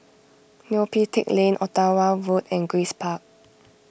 Neo Pee Teck Lane Ottawa Road and Grace Park